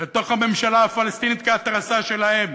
לתוך הממשלה הפלסטינית כהתרסה שלהם